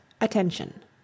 attention